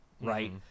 right